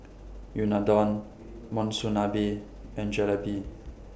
Unadon Monsunabe and Jalebi